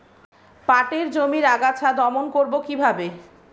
পাটের জমির আগাছা দমন করবো কিভাবে?